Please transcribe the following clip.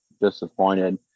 disappointed